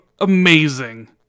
amazing